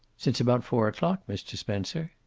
since about four o'clock, mr. spencer.